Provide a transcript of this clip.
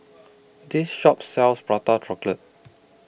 This Shop sells Prata Chocolate